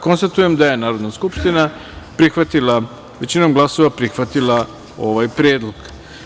Konstatujem da je Narodna skupština većinom glasova prihvatila ovaj predlog.